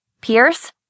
Pierce